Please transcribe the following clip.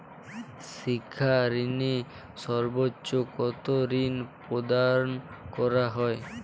শিক্ষা ঋণে সর্বোচ্চ কতো ঋণ প্রদান করা হয়?